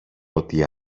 ότι